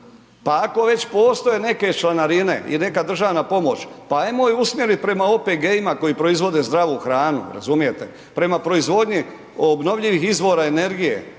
Pa ako već postoje neke članarine i neka državna pomoć, pa ajmo je usmjerit prema OPG-ima koji proizvode zdravu hranu, razumijete, prema proizvodnji obnovljivih izvora energije,